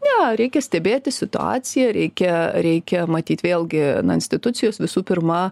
ne reikia stebėti situaciją reikia reikia matyt vėlgi na institucijos visų pirma